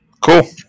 cool